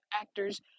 actors